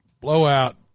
blowout